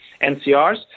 NCRs